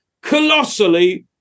Colossally